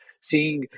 seeing